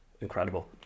incredible